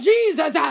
Jesus